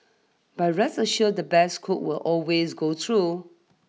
but rest assured the best cook will always go through